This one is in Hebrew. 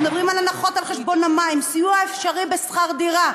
אנחנו מדברים על הנחות על חשבון המים וסיוע אפשרי בשכר דירה.